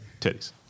titties